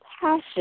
passion